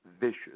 vicious